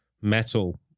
metal